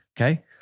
okay